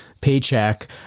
paycheck